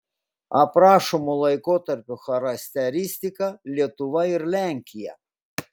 aprašomo laikotarpio charakteristika lietuva ir lenkija